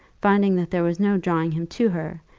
finding that there was no drawing him to her,